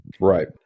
right